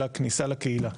אלא כניסה לקהילה.